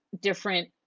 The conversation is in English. different